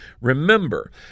remember